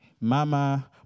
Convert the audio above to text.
Mama